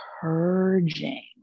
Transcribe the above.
purging